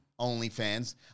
OnlyFans